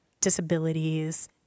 Disabilities